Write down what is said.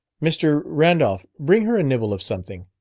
mr. randolph, bring her a nibble of something.